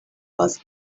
was